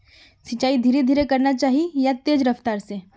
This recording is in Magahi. सिंचाई धीरे धीरे करना चही या तेज रफ्तार से?